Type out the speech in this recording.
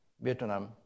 Vietnam